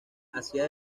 hacía